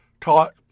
taught